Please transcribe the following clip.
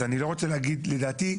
לדעתי,